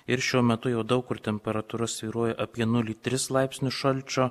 ir šiuo metu jau daug kur temperatūra svyruoja apie nulį tris laipsnius šalčio